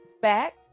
back